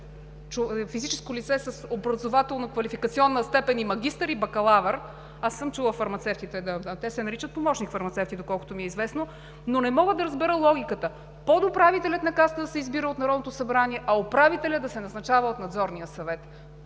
физическо лице с образователна квалификационна степен и „магистър“, и „бакалавър“. Те се наричат помощник-фармацевти, доколкото ми е известно. Но не мога да разбера логиката – подуправителят на Касата да се избира от Народното събрание, а управителят да се назначава от Надзорния съвет?!